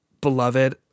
beloved